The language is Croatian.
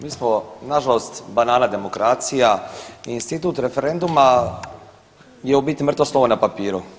Mi smo nažalost banana demokracija i institut referenduma je u biti mrtvo slovo na papiru.